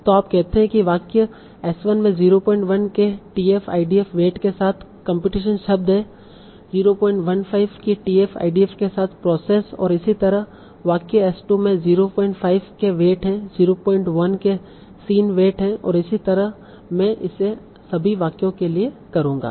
तो आप कहते हैं कि वाक्य S1 में 01 के tf idf वेट के साथ कम्प्यूटेशन शब्द है 015 की tf idf के साथ प्रोसेस और इसी तरह वाक्य S2 में 05 के वेट है 01 के सीन वेट है और इसी तरह मैं इसे सभी वाक्यों के लिए करूंगा